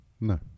No